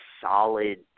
solid